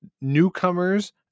newcomers